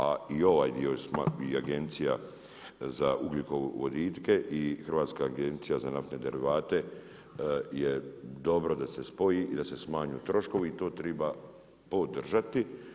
A i ovaj dio i agencija za ugljikovodike i Hrvatska agencija za naftne derivate je dobro da se spoji i da se smanje troškovi i to treba podržati.